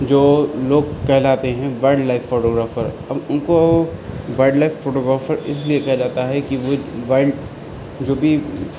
جو لوگ کہلاتے ہیں وائلڈ لائف فوٹوگرافر اب ان کو وائلڈ لائف فوٹوگرافر اس لیے کہا جاتا ہے کہ وہ ایک وائلڈ جو بھی